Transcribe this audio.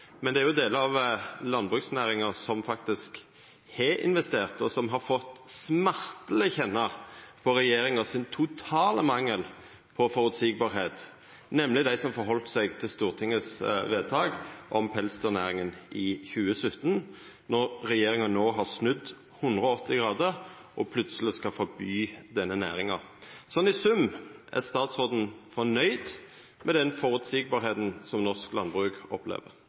Men det er jo delar av landbruksnæringa som faktisk har investert, og som smerteleg har fått kjenna på regjeringa sin totale mangel på føreseielegheit, nemleg dei som heldt seg til Stortingets vedtak om pelsdyrnæringa i 2017. No har regjeringa snudd 180 grader og skal plutseleg forby denne næringa. I sum – er statsråden fornøgd med den føreseielegheita som norsk landbruk opplever?